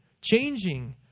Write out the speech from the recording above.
changing